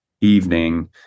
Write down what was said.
evening